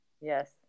Yes